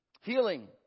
Healing